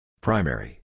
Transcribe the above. Primary